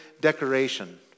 decoration